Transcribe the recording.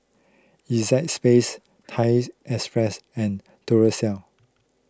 Acexspades Thai Express and Duracell